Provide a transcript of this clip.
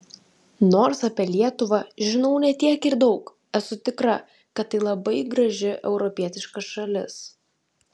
nors apie lietuvą žinau ne tiek ir daug esu tikra kad tai labai graži europietiška šalis